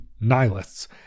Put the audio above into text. nihilists